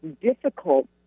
difficult